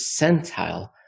percentile